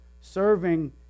Serving